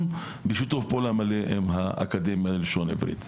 בשיתוף פעולה מלא עם האקדמיה ללשון עברית.